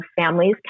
families